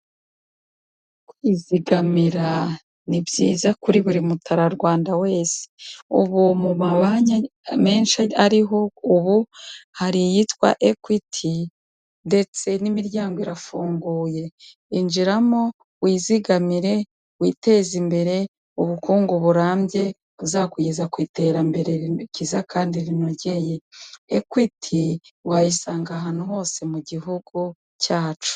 Kwizigamira ni byiza kuri buri muturarwanda wese. Ubu mu mabanki menshi ariho ubu, hari iyitwa Ekwiti ndetse n'imiryango irafunguye. Injiramo wizigamire, witeze imbere, ubukungu burambye buzakugeza ku iterambere ryiza kandi rinogeye. Ekwiti wayisanga ahantu hose mu gihugu cyacu.